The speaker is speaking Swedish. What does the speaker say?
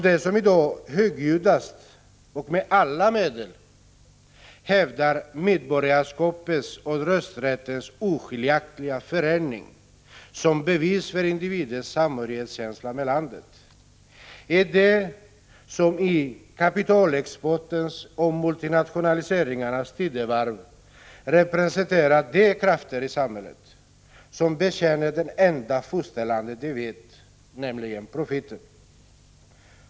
De som i dag högljuddast och med alla medel hävdar medborgarskapets och rösträttens oskiljaktiga förening som bevis för individens samhörighetskänsla med landet, är de som i kapitalexportens och multinationaliseringarnas tidevarv representerar de krafter i samhället som bekänner det enda fosterland de vet av, nämligen profiten.